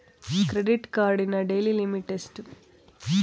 Credit ಕಾರ್ಡಿನ daily limit ಎಷ್ಟು?